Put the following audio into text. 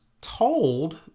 told